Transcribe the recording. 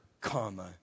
comma